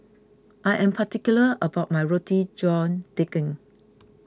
I am particular about my Roti John Daging